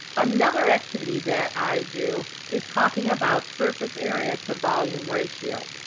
another activity that i do is talking about surface area to volume ratio.